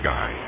Guy